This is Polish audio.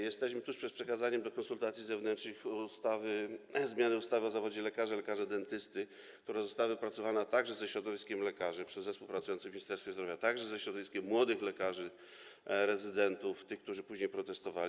Jesteśmy tuż przed przekazaniem do konsultacji zewnętrznych ustawy o zmiany ustawy o zawodach lekarza i lekarza dentysty, która została wypracowana także ze środowiskiem lekarzy przez zespół pracujący w Ministerstwie Zdrowia, również ze środowiskiem młodych lekarzy rezydentów, tych, którzy później protestowali.